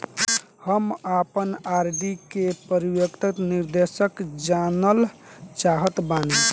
हम आपन आर.डी के परिपक्वता निर्देश जानल चाहत बानी